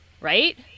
right